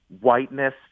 whiteness